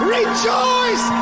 rejoice